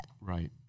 Right